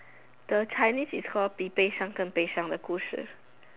the Chinese is called 比悲伤更悲伤的故事